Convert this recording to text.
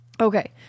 Okay